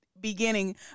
beginning